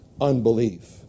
unbelief